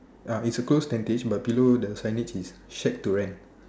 ah it's a closed tentage but below the signage is shack to rent